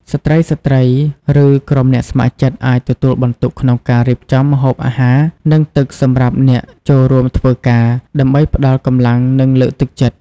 ស្ត្រីៗ ឬក្រុមអ្នកស្ម័គ្រចិត្តអាចទទួលបន្ទុកក្នុងការរៀបចំម្ហូបអាហារ និងទឹកសម្រាប់អ្នកចូលរួមធ្វើការ ដើម្បីផ្តល់កម្លាំង និងលើកទឹកចិត្ត។